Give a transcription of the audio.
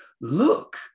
look